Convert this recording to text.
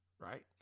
Right